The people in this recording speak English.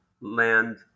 land